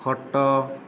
ଖଟ